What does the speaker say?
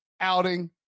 outing